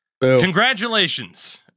congratulations